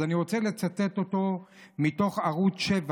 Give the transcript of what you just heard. אז אני רוצה לצטט אותו מתוך כתבה בערוץ 7,